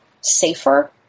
safer